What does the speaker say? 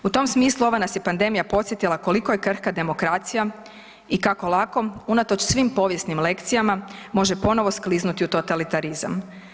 U tom smislu ova nas je pandemija podsjetila koliko je krhka demokracija i kako lako unatoč svim povijesnim lekcijama može ponovo skliznuti u totalitarizam.